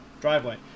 driveway